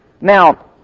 Now